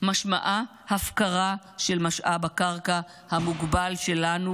משמעה הפקרה של משאב הקרקע המוגבל שלנו